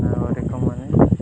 ନାଗରିକମାନେ